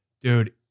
Dude